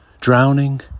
Drowning